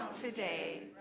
today